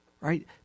right